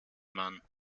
mann